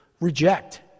reject